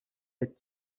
est